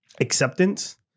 acceptance